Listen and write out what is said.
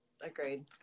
agreed